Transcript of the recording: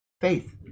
faith